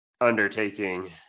undertaking